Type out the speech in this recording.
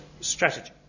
strategy